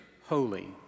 holy